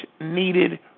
needed